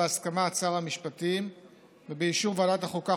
בהסכמת שר המשפטים ובאישור ועדת החוקה,